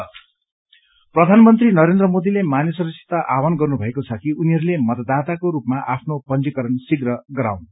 PM appeal प्रधानमन्त्री नरेन्द्र मोदीले मानिसहरूसित आह्वान गर्नुभएको छ कि उनीहरूले मतदाताको रूपमा आफ्नो पंजीकरण शीघ्र गराउन्